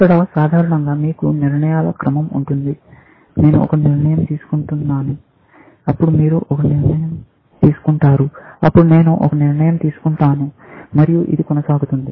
ఇక్కడ సాధారణంగా మీకు నిర్ణయాల క్రమం ఉంటుంది నేను ఒక నిర్ణయం తీసుకుంటాను అప్పుడు మీరు ఒక నిర్ణయం తీసుకుంటారు అప్పుడు నేను ఒక నిర్ణయం తీసుకుంటాను మరియు ఇది కొనసాగుతుంది